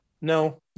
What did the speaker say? no